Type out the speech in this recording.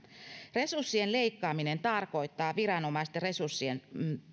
resurssien leikkaaminen tarkoittaa viranomaisten resurssien